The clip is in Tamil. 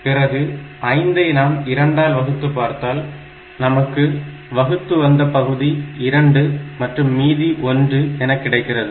பிறகு 5 ஐ நாம் 2 ஆல் வகுத்து பார்த்தால் நமக்கு வகுத்து வந்த பகுதி 2 மற்றும் மீதி 1 என கிடைக்கிறது